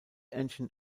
engine